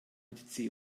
mit